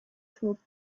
through